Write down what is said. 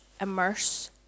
immerse